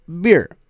beer